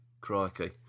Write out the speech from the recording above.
Crikey